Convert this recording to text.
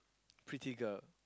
pretty girl